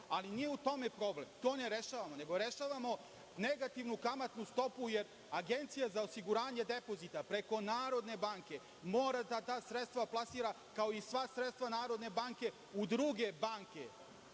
Ali, nije u tome problem, to ne rešavamo, nego rešavamo negativnu kamatnu stopu, jer Agencija za osiguranje depozita preko Narodne banke mora da ta sredstva plasira, kao i sva sredstva Narodne banke, u druge banke